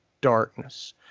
darkness